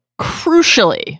crucially